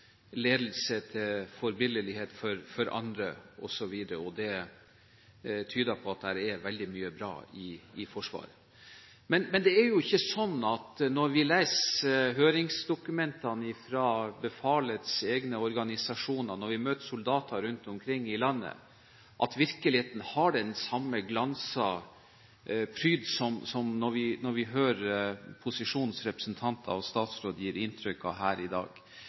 ledelse til forbilledlighet for andre, osv. Det tyder på at det er veldig mye bra i Forsvaret. Men det er jo ikke slik, når vi leser høringsdokumentene fra befalets egne organisasjoner, og når vi møter soldater rundt omkring i landet, at virkeligheten har den samme glansede pryd som det vi hører posisjonens representanter og statsråden gi inntrykk av her i dag.